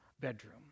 bedroom